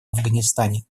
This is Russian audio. афганистане